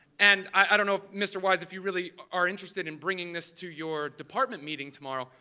and i don't know mr. wise if you really are interested in bringing this to your department meeting tomorrow,